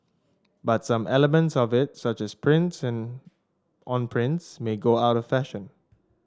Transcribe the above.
but some elements of it such as prints in on prints may go out of fashion